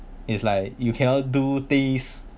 is like you cannot do things